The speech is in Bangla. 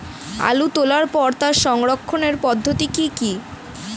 আলু তোলার পরে তার সংরক্ষণের পদ্ধতি কি কি?